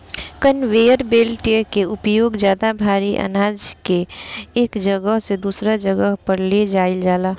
conveyor belt के उपयोग ज्यादा भारी आनाज के एक जगह से दूसरा जगह पर ले जाईल जाला